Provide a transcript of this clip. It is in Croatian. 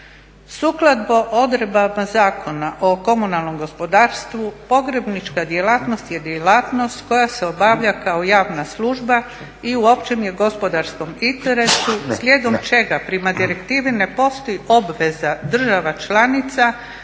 Sukladno odredbama Zakona o komunalnom gospodarstvu pogrebnička djelatnost je djelatnost koja se obavlja kao javna služba i u općem je gospodarskom interesu slijedom čega prema direktivi ne postoji obveza država članica na